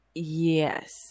Yes